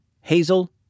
Hazel